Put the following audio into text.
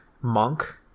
monk